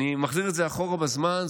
אני מחזיר את זה אחורה בזמן,